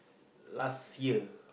last year